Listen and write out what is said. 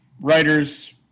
writers